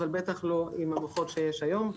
אבל בטח לא עם המוחות שיש היום.